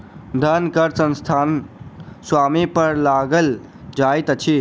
धन कर संस्थानक स्वामी पर लगायल जाइत अछि